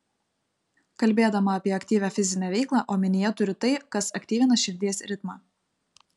kalbėdama apie aktyvią fizinę veiklą omenyje turiu tai kas aktyvina širdies ritmą